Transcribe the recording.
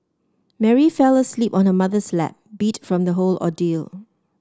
Mary fell asleep on her mother's lap beat from the whole ordeal